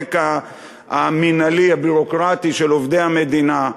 לחלק המינהלי הביורוקרטי של עובדי המדינה,